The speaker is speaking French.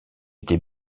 été